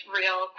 real